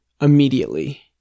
immediately